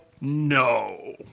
No